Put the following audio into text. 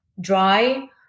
dry